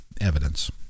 evidence